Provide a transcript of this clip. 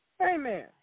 Amen